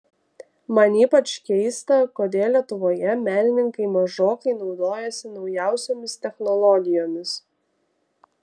man ypač keista kodėl lietuvoje menininkai mažokai naudojasi naujausiomis technologijomis